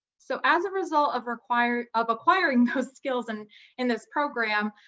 so as a result of acquiring of acquiring those skills and in this program,